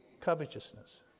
Covetousness